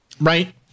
right